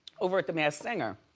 over at the masked singer.